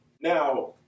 now